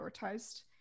prioritized